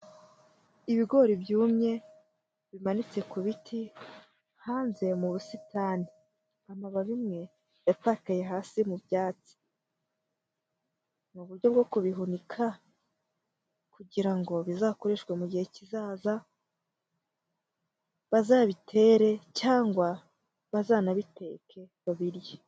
Ibigori byumye bimanitse ku biti hanze mu busitani. Amababi amwe yatakaye hasi mu byatsi. Muburyo bwo kubihunika kugirango bizakoreshwe mu gihe kizaza, bazabitere cyangwa bazanabiteke babirye.